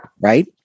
Right